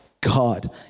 God